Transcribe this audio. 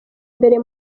mbere